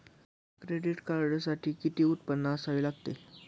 Credit कार्डसाठी किती उत्पन्न असावे लागते?